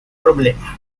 problema